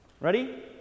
Ready